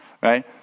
Right